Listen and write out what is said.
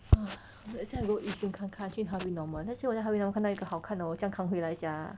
!huh! 现在 go yishun 看看去 Harvey Norman then 现在我在 Harvey Norman 看到一个好看的我怎样扛回来 sia